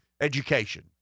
education